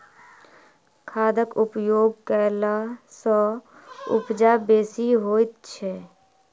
खादक उपयोग कयला सॅ उपजा बेसी होइत छै